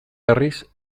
berriz